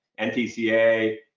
NTCA